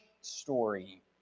story